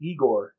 Igor